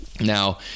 Now